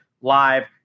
live